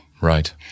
Right